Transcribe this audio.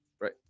right